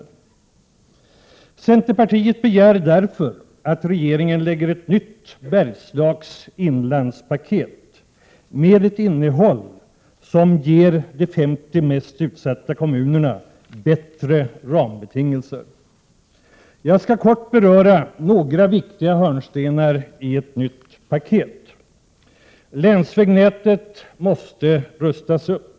Vi i centerpartiet begär därför att regeringen lägger fram ett nytt Bergslagsinlands-paket som har ett innehåll som ger de 50 mest utsatta kommunerna bättre rambetingelser. Jag skall kort beröra några viktiga hörnstenar för ett nytt paket. Länsvägnätet måste rustas upp.